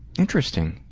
interesting.